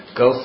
go